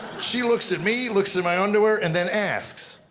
she looks at me, looks at my underwear, and then asks,